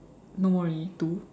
no eh two